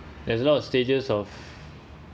there's a lot of stages of